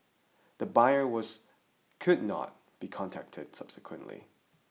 the buyer was could not be contacted subsequently